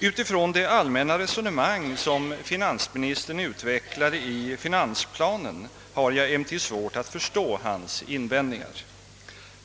Utifrån det allmäna resonemang som finansministern utvecklade i finansplanen har jag emellertid svårt att förstå hans invändningar.